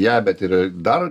ją bet ir dar